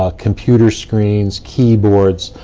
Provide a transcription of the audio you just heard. ah computer screens, keyboards,